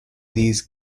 these